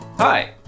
Hi